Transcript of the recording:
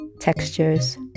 textures